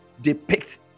depicts